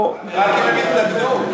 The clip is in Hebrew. רק אם הם יתנגדו.